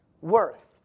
worth